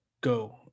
go